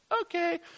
okay